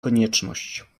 konieczność